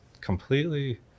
completely